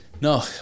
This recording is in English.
No